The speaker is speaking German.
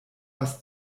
was